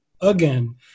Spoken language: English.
again